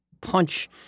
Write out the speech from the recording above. punch